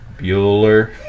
Bueller